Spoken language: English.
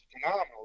phenomenal